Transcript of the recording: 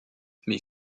mais